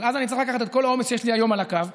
אז אני אצטרך לקחת את כל העומס שיש לי היום על הקו,